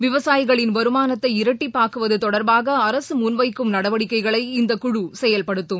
விவசாயிகளின் வருமானத்தை இரட்டிப்பாக்குவது தொடா்பாக அரசு முன்வைக்கும் நடவடிக்கைகளை இந்த குழு செயல்படுத்தம்